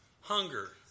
hunger